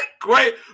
Great